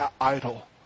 idol